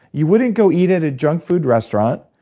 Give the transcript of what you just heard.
you wouldn't go eat at a junk food restaurant,